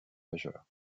majeurs